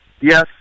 Yes